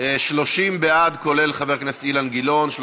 מסדר-היום את